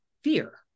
fear